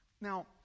Now